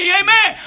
amen